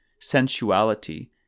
sensuality